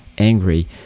angry